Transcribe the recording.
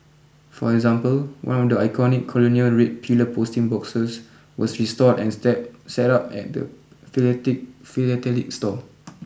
for example one of the iconic colonial red pillar posting boxes was restored and set up at the philatelic store